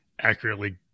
accurately